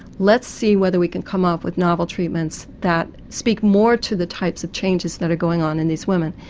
let's see whether we can come up with novel treatments that speak more to the types of changes that are going on in these women.